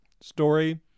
Story